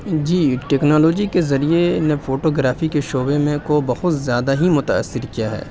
جی technology کے ذریعے میں فوٹوگرافی کے شعبوں میں کو بہت زیادہ ہی متأثر کیا ہے